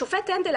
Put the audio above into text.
השופט הנדל,